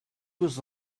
was